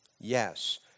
Yes